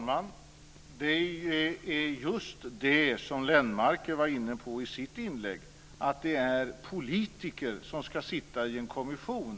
Herr talman! Lennmarker var i sitt inlägg inne på detta med att det är politiker som ska sitta i en kommission.